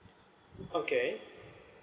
okay